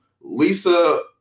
Lisa